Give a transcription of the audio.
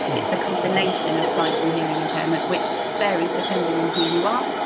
it's a combination of sight and hearing impairment which varies depending on who you are.